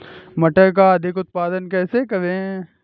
मटर का अधिक उत्पादन कैसे करें?